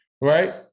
right